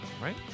right